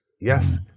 Yes